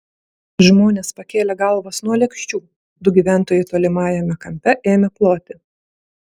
žmonės pakėlė galvas nuo lėkščių du gyventojai tolimajame kampe ėmė ploti